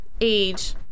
age